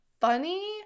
funny